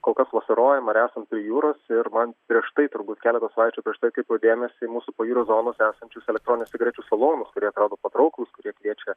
kol kas vasarojam ar esam prie jūros ir man prieš tai turbūt keletą savaičių prieš tai atkreipiau dėmesį į mūsų pajūrio zonose esančius elektroninių cigarečių salonus kurie atrodo patrauklūs kurie kviečia